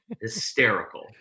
Hysterical